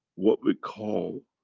what we call,